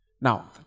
Now